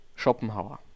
Schopenhauer